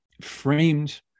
framed